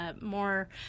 more